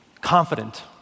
confident